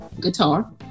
guitar